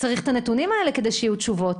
צריך את הנתונים האלה כדי שיהיו תשובות.